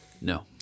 No